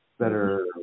better